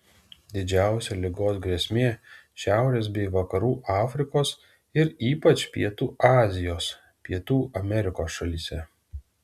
didžiausia ligos grėsmė šiaurės bei vakarų afrikos ir ypač pietų azijos pietų amerikos šalyse